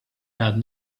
had